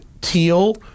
teal